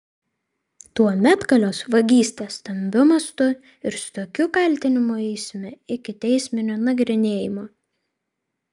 tuomet galios vagystė stambiu mastu ir su tokiu kaltinimu eisime iki teisminio nagrinėjimo